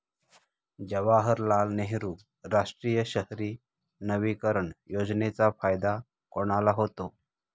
जवाहरलाल नेहरू राष्ट्रीय शहरी नवीकरण योजनेचा फायदा कोणाला होतो?